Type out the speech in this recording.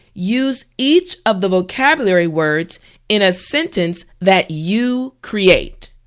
use each of the vocabulary words in a sentence that you create.